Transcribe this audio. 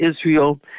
Israel